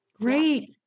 Great